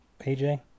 AJ